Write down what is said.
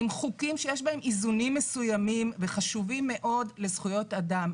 עם חוקים שיש בהם איזונים מסוימים וחשובים מאוד לזכויות אדם.